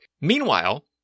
Meanwhile